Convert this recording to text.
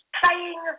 playing